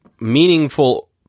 meaningful